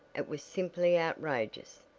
it was simply outrageous,